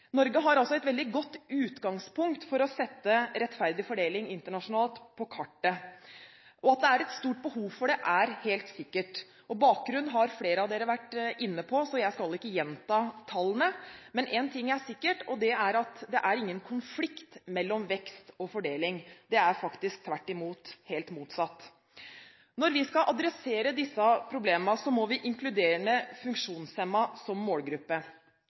Norge har altså et veldig godt utgangspunkt for å sette rettferdig fordeling internasjonalt på kartet. At det er et stort behov for det, er helt sikkert. Bakgrunnen har flere vært inne på her, så jeg skal ikke gjenta tallene. Men en ting er sikkert, og det er at det er ingen konflikt mellom vekst og fordeling. Tvert imot, det er helt motsatt. Når vi skal adressere disse problemene, må vi inkludere funksjonshemmede som målgruppe.